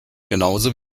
genauso